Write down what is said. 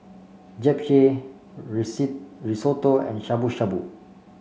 japchae Risotto and Shabu Shabu